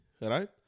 right